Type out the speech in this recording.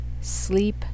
sleep